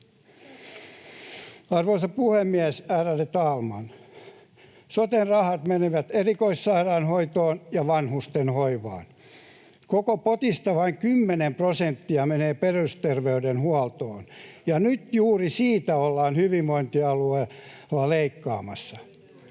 Arvoisa puhemies, ärade talman! Soten rahat menevät erikoissairaanhoitoon ja vanhusten hoivaan. Koko potista vain kymmenen prosenttia menee perusterveydenhuoltoon, ja juuri siitä ollaan nyt hyvinvointialueilla leikkaamassa.